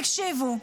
תקשיבו,